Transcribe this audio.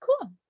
cool